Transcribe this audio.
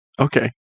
Okay